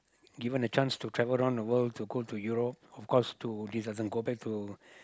given a chance to travel around the world to go to Europe of course to this doesn't go back to